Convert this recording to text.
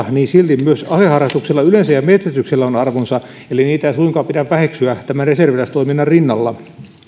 silti myös aseharrastuksella yleensä ja metsästyksellä on arvonsa eli niitä ei suinkaan pidä väheksyä tämän reserviläistoiminnan rinnalla